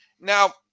Now